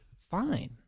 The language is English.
fine